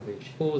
או אשפוז,